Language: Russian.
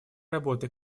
работы